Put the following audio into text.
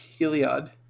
Heliod